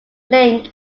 link